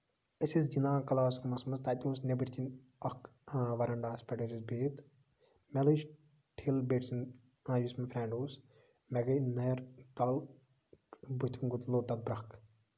أسۍ ٲسۍ گِندان کٔلاس روٗمَس منٛز تَتہِ اوس نیبٔر کِنۍ اکھ وَرانڈَہَس پٮ۪ٹھ ٲسۍ أسۍ بِہِتھ مےٚ لٔجۍ ٹھل بیٚیہِ کہِ سٔنز یُس مےٚ فرینڈ اوس مےٚ گے نٔر تَل بٔتھِم لوٚگ تَتھ برکھ